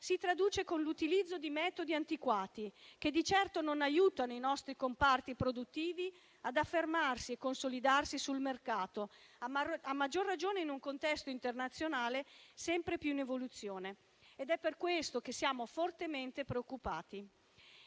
si traduce nell'utilizzo di metodi antiquati che di certo non aiutano i nostri comparti produttivi ad affermarsi e consolidarsi sul mercato, a maggior ragione in un contesto internazionale sempre più in evoluzione. È per questo che siamo fortemente preoccupati.